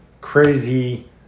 crazy